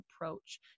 approach